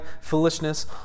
foolishness